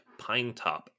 Pinetop